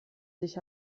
sich